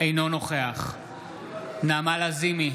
אינו נוכח נעמה לזימי,